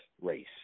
race